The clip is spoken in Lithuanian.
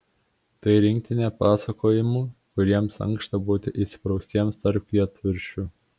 tai rinktinė pasakojimų kuriems ankšta būti įspraustiems tarp kietviršių